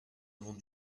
avons